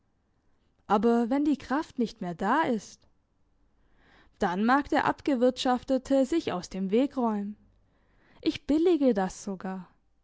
aber wenn die kraft nicht mehr da ist dann mag der abgewirtschaftete sich aus dem weg räumen ich billige das sogar